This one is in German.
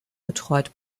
betreut